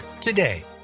today